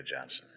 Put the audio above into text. Johnson